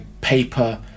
paper